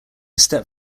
step